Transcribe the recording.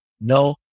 No